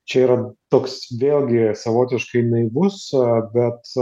čia yra toks vėlgi savotiškai naivus bet